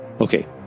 Okay